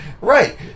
Right